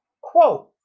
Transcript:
quote